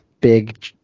big